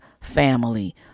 family